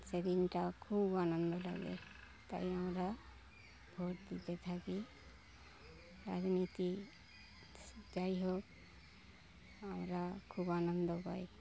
সেদিনটা খুব আনন্দ লাগে তাই আমরা ভোট দিতে থাকি রাজনীতি যাই হোক আমরা খুব আনন্দ পাই